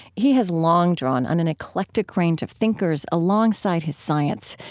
he has long drawn on an eclectic range of thinkers alongside his science,